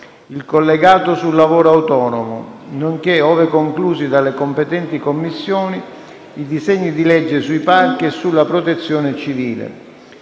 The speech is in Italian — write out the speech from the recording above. il collegato sul lavoro autonomo, nonché, ove conclusi dalle competenti Commissioni, i disegni di legge sui parchi e sulla protezione civile.